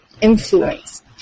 influence